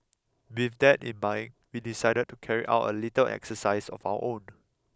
with that in mind we decided to carry out a little exercise of our own